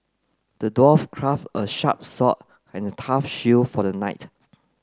the dwarf crafted a sharp sword and a tough shield for the knight